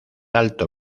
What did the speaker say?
alto